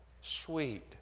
Sweet